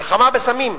מלחמה בסמים.